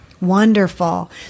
Wonderful